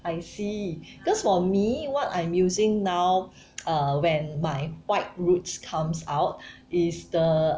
I see because for me what I'm using now when my white roots comes out is the